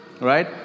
Right